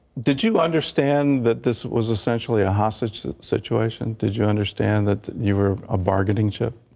did you understand that this was essentially a hostage situation did you understand that you are a bargaining chip.